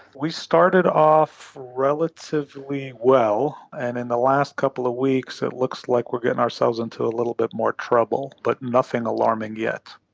we started off relatively well, and in the last couple of weeks it looks like we are getting ourselves into a little bit more trouble, but nothing alarming yet.